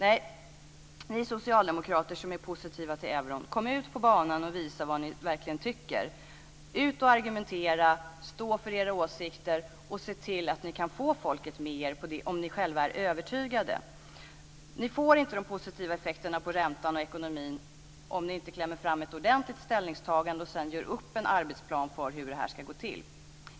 Nej, ni socialdemokrater som är positiva till euron, kom ut på banan och visa vad ni verkligen tycker!